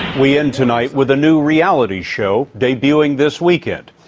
we end tonight with a new reality show debuting this weekend.